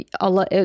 Allah